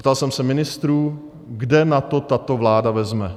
A ptal jsem se ministrů, kde na to tato vláda vezme.